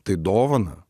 tai dovana